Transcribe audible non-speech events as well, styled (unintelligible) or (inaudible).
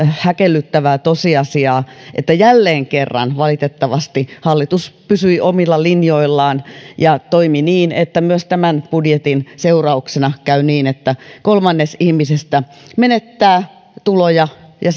häkellyttävää tosiasiaa että jälleen kerran valitettavasti hallitus pysyi omilla linjoillaan ja toimi niin että myös tämän budjetin seurauksena käy niin että kolmannes ihmisistä menettää tuloja ja (unintelligible)